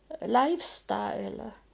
lifestyle